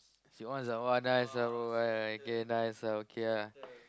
ones are !wah! nice ah bro yeah okay nice ah okay ah